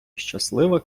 щаслива